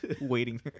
waiting